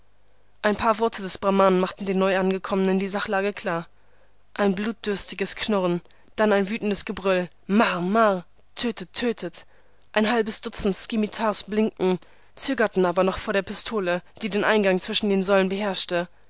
ein paar worte des brahmanen machten den neuangekommenen die sachlage klar ein blutdürstiges knurren dann ein wütendes gebrüll mar mar tötet tötet ein halbes dutzend scimitars blinkten zögerten aber noch vor der pistole die den eingang zwischen den säulen beherrschte